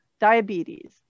diabetes